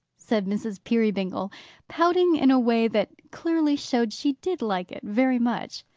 said mrs. peerybingle pouting in a way that clearly showed she did like it very much.